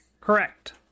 Correct